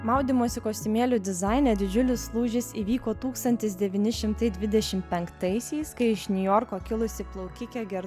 maudymosi kostiumėlių dizaine didžiulis lūžis įvyko tūkstantis devyni šimtai dvidešim penktaisiais kai iš niujorko kilusi plaukikė ger